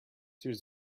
hears